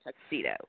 tuxedo